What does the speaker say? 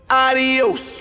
adios